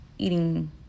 eating